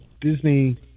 Disney